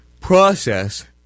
process